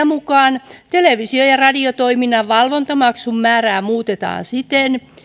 mukaan televisio ja radiotoiminnan valvontamaksun määrää muutetaan siten